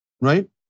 Right